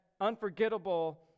unforgettable